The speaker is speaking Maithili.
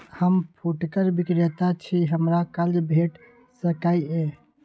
हम फुटकर विक्रेता छी, हमरा कर्ज भेट सकै ये?